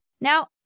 Now